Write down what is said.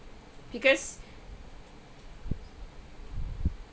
because